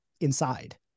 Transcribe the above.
inside